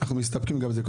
אנחנו מסתפקים גם בזה.